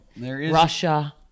Russia